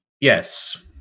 Yes